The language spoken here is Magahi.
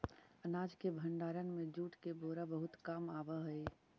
अनाज के भण्डारण में जूट के बोरा बहुत काम आवऽ हइ